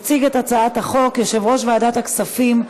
יציג את הצעת החוק יושב-ראש ועדת הכספים,